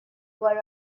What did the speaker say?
were